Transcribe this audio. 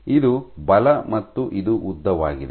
ಇದು ಬಲ ಮತ್ತು ಇದು ಉದ್ದವಾಗಿದೆ